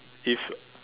if